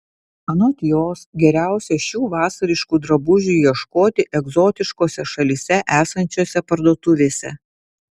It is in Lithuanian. anot jos geriausia šių vasariškų drabužių ieškoti egzotiškose šalyse esančiose parduotuvėse